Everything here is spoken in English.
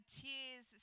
tears